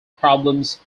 problems